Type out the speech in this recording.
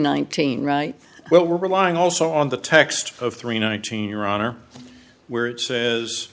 nineteen right well we're relying also on the text of three nineteen your honor where it says